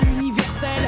universel